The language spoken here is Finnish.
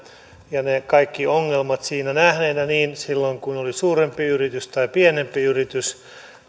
ja ne kaikki ongelmat siinä nähneenä niin silloin kun oli suurempi yritys kuin silloin kun oli pienempi yritys